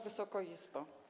Wysoko Izbo!